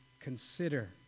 consider